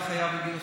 אני חייב להגיד לך,